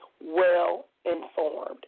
well-informed